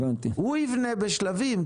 הוא יבנה בשלבים,